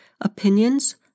opinions